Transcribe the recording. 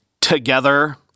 Together